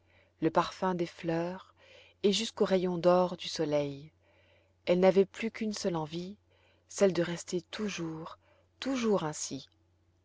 le parfum des fleurs et jusqu'aux rayons d'or du soleil elle n'avait plus qu'une seule envie celle de rester toujours toujours ainsi